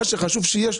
מה שחשוב שיהיה,